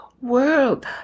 world